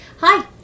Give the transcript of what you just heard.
Hi